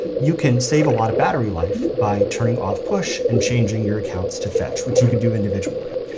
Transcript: you can save a lot of battery life by turning off push, and changing your accounts to fetch, which you can do individually.